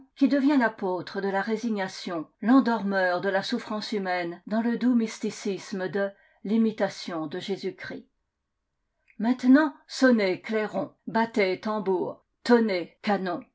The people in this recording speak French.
qui devient l'apôtre de la résignation l'endormeur de la souffrance humaine dans le doux mysticisme de ximitation de jésuschrist maintenant sonnez clairons battez tam bours tonnez canons